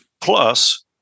Plus